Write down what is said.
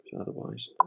Otherwise